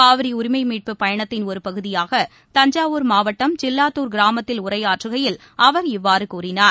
காவிரிஉரிமைமீட்புப் பயணத்தின் ஒருபகுதியாக தஞ்சாவூர் மாவட்டம் சில்லாத்தூர் கிராமத்தில் உரையாற்றுகையில் அவர் இவ்வாறுகூறினார்